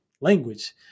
language